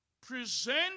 present